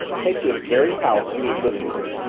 take this very house she was living in.